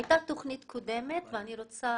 הייתה תוכנית קודמת ואני רוצה